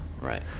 Right